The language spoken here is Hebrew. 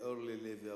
אורלי לוי אבקסיס.